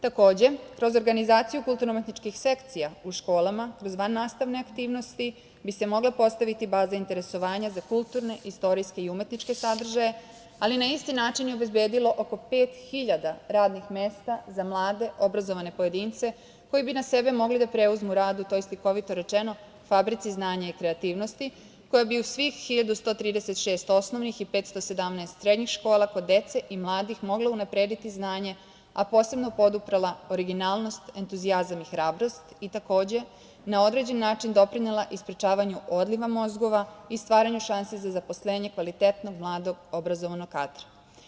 Takođe, kroz organizaciju kulturno-umetničkih sekcija u školama uz vannastavne aktivnosti bi se mogla postaviti baza interesovanja za kulturne, istorijske i umetničke sadržaje, ali i na isti način obezbedilo oko pet hiljada radnih mesta za mlade, obrazovane pojedince koji bi na sebe mogli da preuzmu rad, tj. slikovito rečeno, u fabrici znanja i kreativnosti koja bi u svih 1.136 osnovih i 517 srednjih škola kod dece i mladih moglo unaprediti znanje, a posebno poduprela originalnost, entuzijazam i hrabrost i takođe na određen način doprinela i sprečavanju odliva mozgova i stvaranju šansi za zaposlenje kvalitetnog, mladog, obrazovanog kadra.